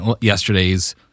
yesterday's